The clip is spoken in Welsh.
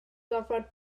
gorfod